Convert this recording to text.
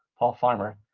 paul farmer,